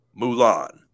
Mulan